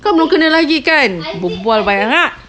kau belum kena lagi kan berbual banyak !huh!